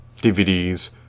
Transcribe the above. DVDs